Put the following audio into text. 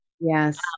Yes